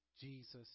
Jesus